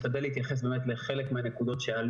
ומתחת לזרוע העבודה נמצא האגף למעונות יום